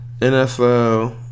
NFL